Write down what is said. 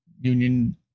union